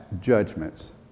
judgments